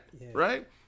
right